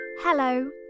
Hello